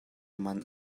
man